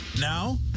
Now